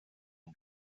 een